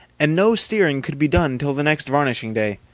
and no steering could be done till the next varnishing day.